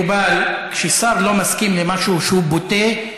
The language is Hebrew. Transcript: מקובל שכששר לא מסכים למשהו שהוא בוטה,